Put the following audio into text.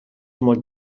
molt